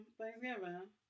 Thanksgiving